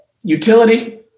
utility